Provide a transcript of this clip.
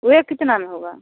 यह कितना में होगा